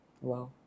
Wow